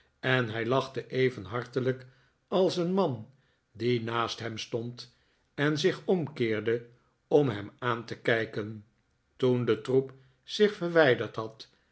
en hij lachte even hartelijk als een man die naast hem stond en zich omkeerde om hem aan te kijken toen de troep zich verwijderd had